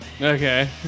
Okay